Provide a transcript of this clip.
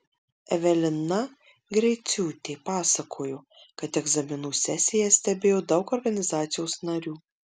evelina greiciūtė pasakojo kad egzaminų sesiją stebėjo daug organizacijos narių